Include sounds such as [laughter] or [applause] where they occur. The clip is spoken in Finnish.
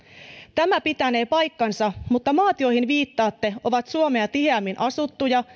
tämä pitänee paikkansa mutta maat joihin viittaatte ovat suomea tiheämmin asuttuja [unintelligible]